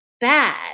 bad